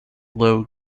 low